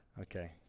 Okay